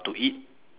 to eat